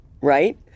right